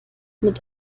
mit